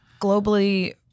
globally